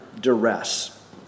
duress